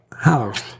house